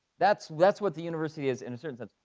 that's that's what the university is in a student's